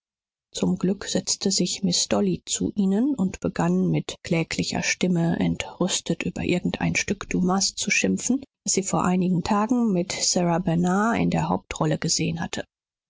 zum glück setzte sich miß dolly zu ihnen und begann mit kläglicher stimme entrüstet über irgend ein stück dumas zu schimpfen das sie vor einigen tagen mit sarah bernard in der hauptrolle gesehen hatte